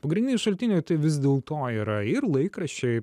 pagrindiniai šaltiniai tai vis dėl to yra ir laikraščiai